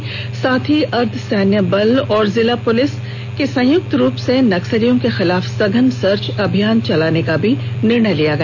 इसके साथ ही अर्द्दसैनिक बल और जिला पुलिस संयुक्त रुप से नक्सलियों के खिलाफ सघन सर्च अभियान चलाने का निर्णय लिया गया